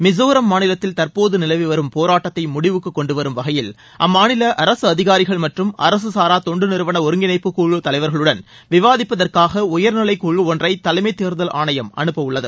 மிசோராம் மாநிலத்தில் தற்போது நிலவி வரும் போராட்டத்தை முடிவுக்கு கொண்டு வரும் வகையில் அம்மாநில அரசு அதிகாரிகள் மற்றும் அரசு சாரா தொண்டு நிறுவன ஒருங்கிணைப்பு குழு தலைவர்களுடன் விவாதிப்பதற்காக உயர்நிலைக்குழு ஒன்றை தலைமை தேர்தல் ஆணையம் அனுப்ப உள்ளது